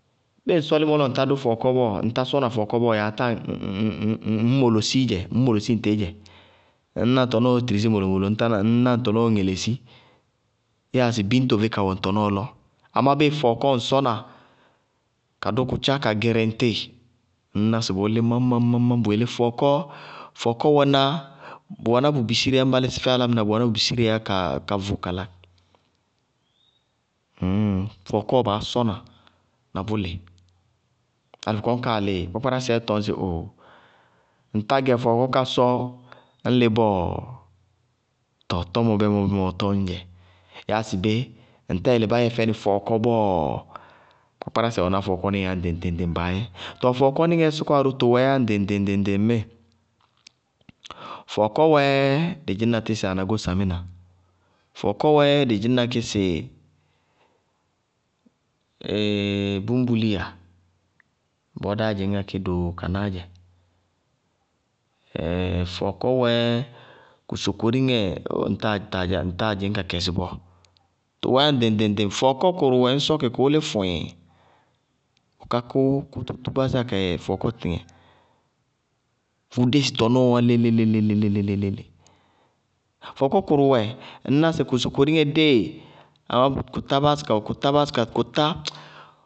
Bíɩ ŋ sɔ límɔ lɔ ŋtá dʋ fɔɔkɔ bɔɔ, ŋtá sɔna fɔɔkɔ bɔɔ, yaatá ŋñ-ŋñ-ŋñ-ŋñ molosíí dzɛ, ŋñ molosí ŋtɩí dzɛ, ŋ tɔnɔɔɔ tirisí molo-molo ŋtá na ŋñná ŋ tɔnɔɔ ŋelesí. Yáa sɩ biñto vé ka wɛ ŋ tɔnɔɔ lɔ. Amá bíɩ fɔɔkɔɔ ŋ sɔna ka dʋ kʋtchá ka gɩrɩ ŋtɩ, ŋñná sɩ bʋʋlí máñ-máñ-máñ-máñ. Bʋ yelé fɔɔkɔ, fɔɔkɔ wɛná, bʋ wɛná bʋ bisíreé yá ñŋ ba lísɩ fɛ álámɩná bʋ wɛná bʋ bisíreé yá ka ka vʋ kala. Mmm fɔɔkɔɔ baá sɔna na bʋlɩ. Na bʋ kɔñkaa lɩ kpápkárásɛɛ tɔñ sɩ ohh: ŋ tá gɛ fɔɔkɔ ka sɔ ñ lɩ bɔɔɔ? Tɔɔ tɔmɔ bɛmɔɔ-bɛmɔɔ-bɛmɔɔɔ ɔ tɔñŋ dzɛ yáa sɩ bé, ŋtá yele ba yɛ fɛnɩ fɔɔkɔ bɔɔɔ? Kpákpárásɛ wɛná fɔɔkɔ níŋɛɛ yá ŋɖɩŋ-ŋɖɩŋ ŋɖɩŋ-ŋɖɩŋ baá yɛ. Tɔɔ fɔɔkɔníŋɛɛ sɔkɔwá ró tʋwɛɛ yá ŋɖɩŋ-ŋɖɩŋ ŋɖɩŋ-ŋɖɩŋ ŋmíɩ. Fɔɔkɔ wɛ, dɩ dzɩñna kí sɩ anagó samínaá, fɔɔkɔ wɛ dɩ dzɩñna kí sɩ búñbulíya, bɔɔ dáá dzɩñŋá kí doo kanáá dzɛ. fɔɔkɔ wɛɛ kʋ sokoriŋɛ, ɛɛ ŋtáa taa dzɩñ ka kɛsɩ bɔɔ, fɔɔkɔ kʋrʋwɛ ŋñ sɔ kɩ kʋʋ lí fʋtɩŋŋŋ! Bʋká kʋ tútú báásíya kayɛ fɔɔkɔ tɩtɩŋɛ, kʋʋ dési tɔnɔɔ wá léle-léle-léle. Fɔɔkɔ kʋrʋwɛ, ŋñ ná sɩ kʋ sokoriŋɛ dée, amá kʋ tá báásí ka, kʋ tá báásí ka kʋ tá.